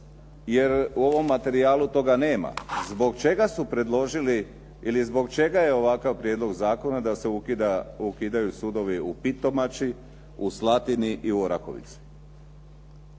jer u ovom materijalu toga nema, zbog čega su predložili ili zbog čega je ovakav prijedlog zakona da se ukidaju sudovi u Pitomači, u Slatini i u Orahovici.